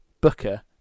Booker